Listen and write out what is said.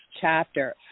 chapter